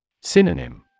Synonym